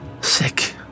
sick